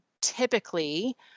typically